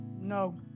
No